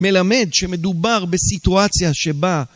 מלמד שמדובר בסיטואציה שבה...